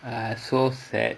ah so sad